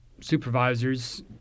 supervisors